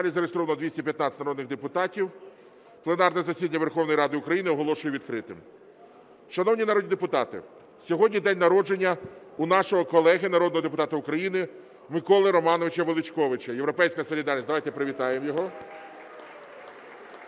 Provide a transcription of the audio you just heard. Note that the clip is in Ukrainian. залі зареєстровано 215 народних депутатів. Пленарне засідання Верховної Ради України оголошую відкритим. Шановні народні депутати, сьогодні день народження у нашого колеги народного депутата України Миколи Романовича Величковича, "Європейська солідарність". Давайте привітаємо його!